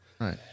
Right